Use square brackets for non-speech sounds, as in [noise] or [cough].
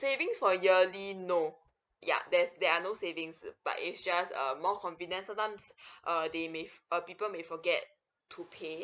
savings for yearly no yeah there's there are no savings but it's just uh more convenient sometimes [breath] err they may uh people may forget to pay